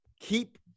keep